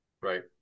Right